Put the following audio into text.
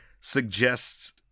suggests